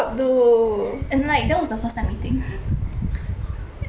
and like that was the first time meeting and he did all of that